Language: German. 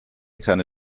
keine